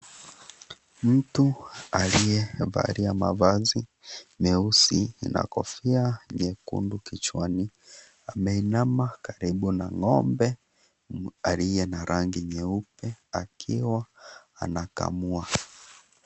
Mtu aliye valia mavazi meusi na kofia nyekundu kichwani, ameinama karibu na ng;ombe aliye na rangi nyeupe akiwa anakamua.